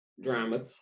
dramas